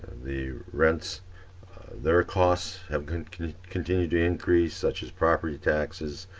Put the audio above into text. the rents their costs have continued to increase such as property taxes,